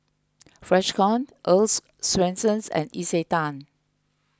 Freshkon Earl's Swensens and Isetan